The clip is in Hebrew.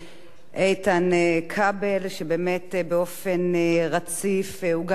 שבאמת באופן רציף גם עירב אותי בנושא הזה,